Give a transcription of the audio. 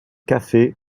café